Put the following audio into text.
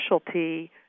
specialty